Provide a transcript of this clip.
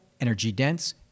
energy-dense